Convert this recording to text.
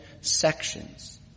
sections